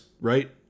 right